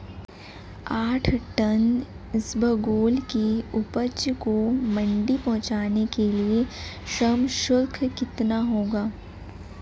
आठ टन इसबगोल की उपज को मंडी पहुंचाने के लिए श्रम शुल्क कितना होगा?